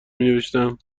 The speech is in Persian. مینوشتم